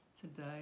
today